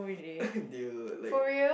dude like